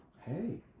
Hey